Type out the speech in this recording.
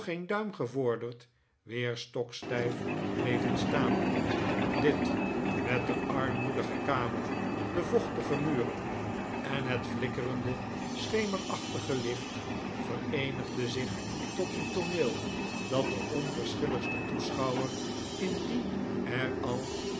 duim gevorderd weer stokstijf bleven staan dit met de armoedige kamer de vochtige muren en het flikkerende schemerachtige licht vereenigde zich tot een tooneel dat de onverschilligste toeschouwer indien er al